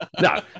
No